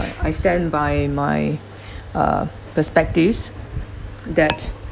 I stand by my uh perspectives that